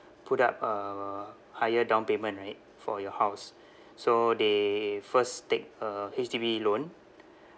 put up a higher down payment right for your house so they first take a H_D_B loan